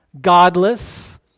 godless